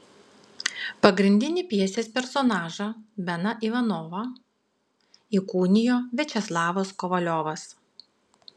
pagrindinį pjesės personažą beną ivanovą įkūnijo viačeslavas kovaliovas